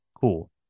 Cool